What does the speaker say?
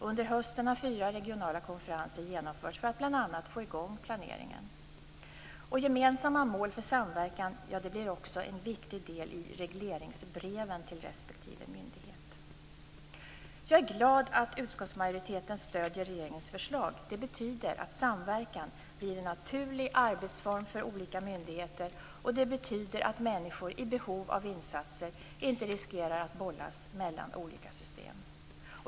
Under hösten har fyra regionala konferenser genomförts för att bl.a. få i gång planeringen. Gemensamma mål för samverkan blir också en viktig del i regleringsbreven till respektive myndighet. Jag är glad att utskottsmajoriteten stöder regeringens förslag. Det betyder att samverkan blir en naturlig arbetsform för olika myndigheter, och det betyder att människor i behov av insatser inte riskerar att bollas mellan olika system.